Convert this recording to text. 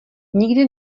nikdy